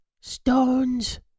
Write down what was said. Stones